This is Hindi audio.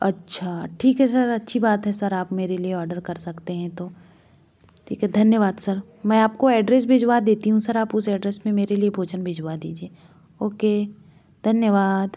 अच्छा ठीक है सर अच्छी बात है सर आप मेरे लिए आर्डर कर सकते हैं तो ठीक है धन्यवाद सर मैं आपको एड्रेस भिजवा देता हूँ सर आप उसे एड्रेस में मेरे लिए भोजन भिजवा दीजिए ओके धन्यवाद